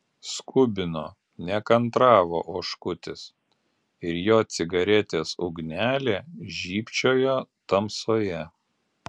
skubino nekantravo oškutis ir jo cigaretės ugnelė žybčiojo tamsoje